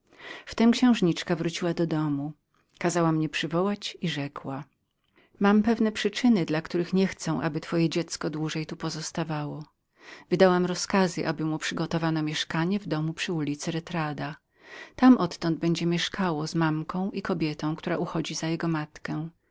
w tem księżniczka wróciła do domu kazała mnie przywołać i rzekła mam pewne przyczyny dla których nie chcę aby twoje dziecie dłużej tu pozostawało wydałam rozkazy aby mu przygotowano mieszkanie w domu przy ulicy retardo tam odtąd będzie mieszkało z mamką i kobietą która uchodzi za jego matkę